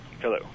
Hello